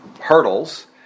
hurdles